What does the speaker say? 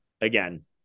again